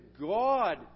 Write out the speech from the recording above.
God